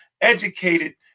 educated